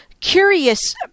curious